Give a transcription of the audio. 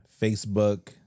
facebook